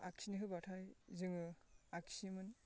आखिनो होब्लाथाय जोङो आखियोमोन